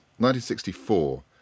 1964